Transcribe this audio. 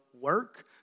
work